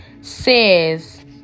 says